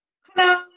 Hello